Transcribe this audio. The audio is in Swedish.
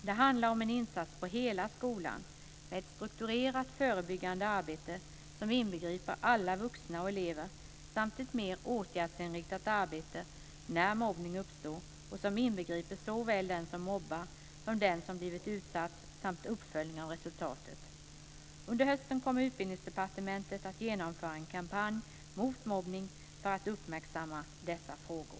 Det handlar om en insats på hela skolan med ett strukturerat förebyggande arbete som inbegriper alla vuxna och elever samt ett mer åtgärdsinriktat arbete när mobbning uppstår och som inbegriper såväl den som mobbar som den som blivit utsatt samt uppföljning av resultatet. Under hösten kommer Utbildningsdepartementet att genomföra en kampanj mot mobbning för att uppmärksamma dessa frågor.